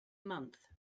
month